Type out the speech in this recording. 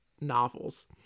novels